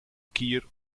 kier